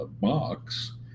box